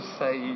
say